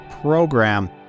program